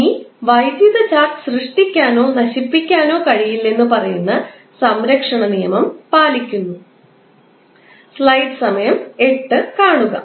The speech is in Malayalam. ഇനി വൈദ്യുത ചാർജ് സൃഷ്ടിക്കാനോ നശിപ്പിക്കാനോ കഴിയില്ലെന്ന് പറയുന്ന സംരക്ഷണ നിയമം പാലിക്കുന്നു